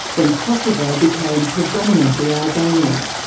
when kosovo became predominantly albanian.